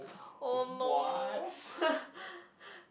oh no